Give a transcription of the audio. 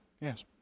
yes